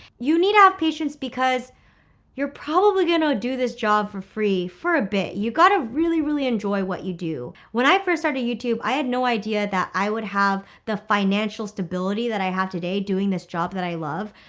you need to have patience because you're probably going to do this job for free for a bit. you got to really, really enjoy what you do. when i first started youtube, i had no idea that i would have the financial stability that i have today doing this job that i love.